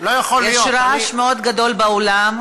יש רעש מאוד גדול באולם.